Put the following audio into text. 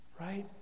Right